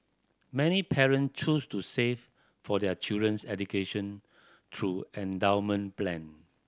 many parent choose to save for their children's education through endowment plan